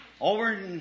over